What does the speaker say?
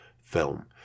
film